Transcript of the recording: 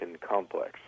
complex